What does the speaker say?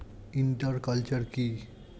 Inter culture কি?